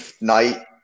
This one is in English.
night